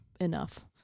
Enough